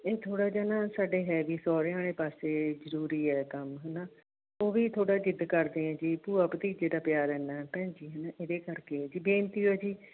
ਇਹ ਥੋੜ੍ਹਾ ਜਿਹਾ ਨਾ ਸਾਡੇ ਹੈ ਵੀ ਸੋਹਰਿਆਂ ਵਾਲੇ ਪਾਸੇ ਜ਼ਰੂਰੀ ਹੈ ਕੰਮ ਹੈ ਨਾ ਉਹ ਵੀ ਥੋੜ੍ਹਾ ਜਿੱਦ ਕਰਦੇ ਹੈ ਜੀ ਭੂਆ ਭਤੀਜੇ ਦਾ ਪਿਆਰ ਇੰਨਾ ਭੈਣ ਜੀ ਹੈ ਨਾ ਇਹਦੇ ਕਰਕੇ ਹੈ ਜੀ ਬੇਨਤੀ ਓ ਹੈ ਜੀ